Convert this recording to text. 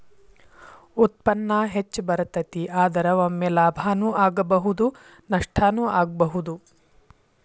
ಉತ್ಪನ್ನಾ ಹೆಚ್ಚ ಬರತತಿ, ಆದರ ಒಮ್ಮೆ ಲಾಭಾನು ಆಗ್ಬಹುದು ನಷ್ಟಾನು ಆಗ್ಬಹುದು